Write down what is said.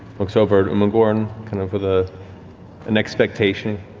looks over at umagorn kind of with ah an expectation.